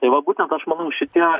tai va būtent aš manau šitie